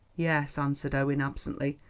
yes, answered owen absently.